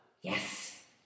Yes